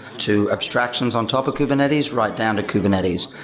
to abstractions on top of kubernetes, right down to kubernetes.